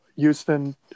Houston